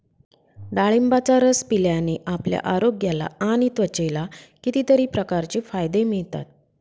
डाळिंबाचा रस पिल्याने आपल्या आरोग्याला आणि त्वचेला कितीतरी प्रकारचे फायदे मिळतात